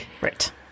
right